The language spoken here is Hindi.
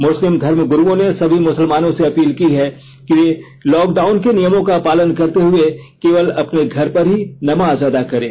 मुस्लिम धर्मगुरूओं ने सभी मुसलमानों से अपील की है कि लॉकडाउन के नियमों का पालन करते हुए वे केवल अपने घर पर ही नमाज अदा करें